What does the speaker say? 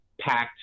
packed